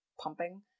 pumping